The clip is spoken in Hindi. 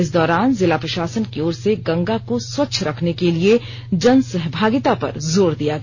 इस दौरान जिला प्रशासन की ओर से गंगा को स्वच्छ रखने के लिए जन सहभागिता पर जोर दिया गया